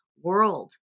world